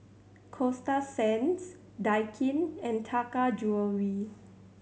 Coasta Sands Daikin and Taka Jewelry